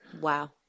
Wow